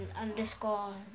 underscore